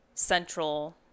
central